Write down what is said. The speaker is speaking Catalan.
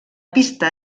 pista